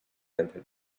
had